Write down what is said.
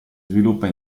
sviluppa